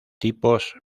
tipos